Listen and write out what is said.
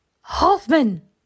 Hoffman